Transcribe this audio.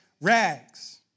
rags